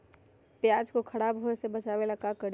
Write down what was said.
प्याज को खराब होय से बचाव ला का करी?